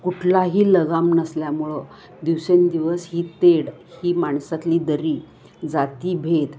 कुठलाही लगाम नसल्यामुळं दिवसेंदिवस ही तेढ ही माणसातली दरी जातिभेद